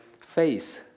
face